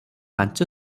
ପାଞ୍ଚ